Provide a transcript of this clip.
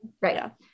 Right